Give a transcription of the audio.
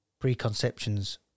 preconceptions